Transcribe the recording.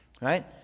right